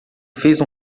fez